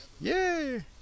Yay